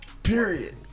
Period